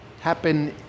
happen